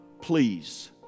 please